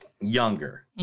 younger